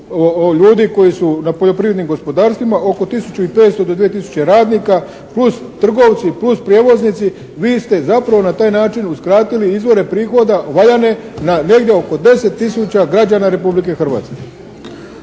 ljudi koji su na poljoprivrednim gospodarstvima. Oko tisuću i 500 do 2 tisuće radnika, plus trgovci, plus prijevoznici. Vi ste zapravo na taj način uskratili izvore prihoda valjane na negdje oko 10 tisuća građana Republike Hrvatske.